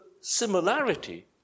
similarity